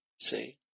see